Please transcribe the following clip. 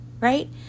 Right